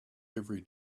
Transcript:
every